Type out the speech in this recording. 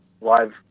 live